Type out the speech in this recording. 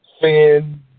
sin